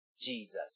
Jesus